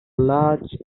large